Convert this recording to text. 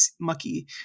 mucky